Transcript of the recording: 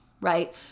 Right